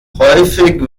häufig